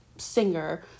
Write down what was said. singer